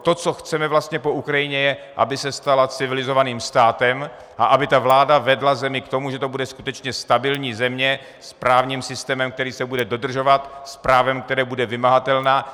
To, co chceme po Ukrajině, je, aby se stala civilizovaným státem a aby vláda vedla zemi k tomu, že to bude skutečně stabilní země s právním systémem, který se bude dodržovat, s právem, které bude vymahatelné.